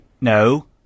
No